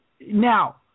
Now